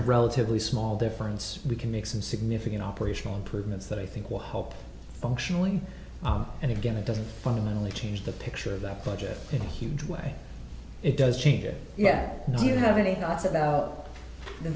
relatively small difference we can make some significant operational improvements that i think will help functionally and again it doesn't fundamentally change the picture of the budget in a huge way it does change it yet do you have any thoughts about the